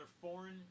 foreign